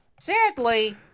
Sadly